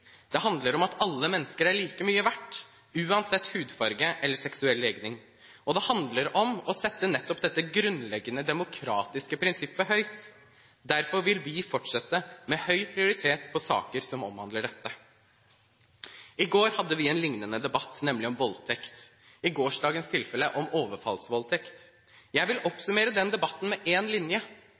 handler om at alle mennesker er like mye verdt, uansett hudfarge eller seksuell legning. Og den handler om å sette nettopp dette grunnleggende demokratiske prinsippet høyt. Derfor vil vi fortsette å ha høy prioritet på saker som omhandler dette. I går hadde vi en lignende debatt, nemlig om voldtekt; i gårsdagens tilfelle om overfallsvoldtekter. Jeg vil oppsummere den debatten med én setning: Vårt ansvar er å lære en